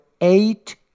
eight